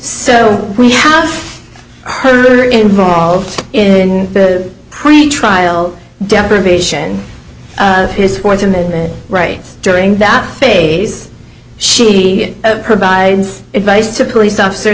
so we have heard or involved in the pretrial deprivation of his fourth amendment rights during that phase she provides advice to police officers